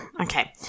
Okay